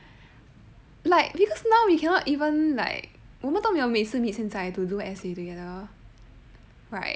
like because now we cannot even like 我们都没有每次 meet 现在 to do as essay together right